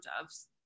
doves